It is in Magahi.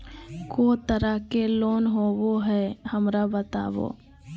को तरह के लोन होवे हय, हमरा बताबो?